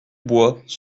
bois